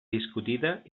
discutida